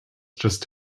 just